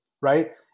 right